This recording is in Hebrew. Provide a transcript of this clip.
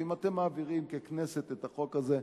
ואם אתם מעבירים ככנסת את החוק הזה,